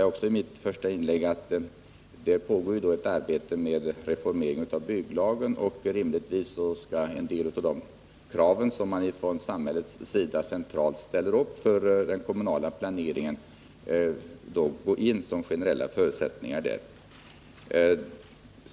Jag sade i mitt första inlägg att det pågår ett arbete med reformering av bygglagen, och givetvis skall en del av de krav som man från samhällets sida centralt ställer upp för den kommunala planeringen gå in som generella förutsättningar där.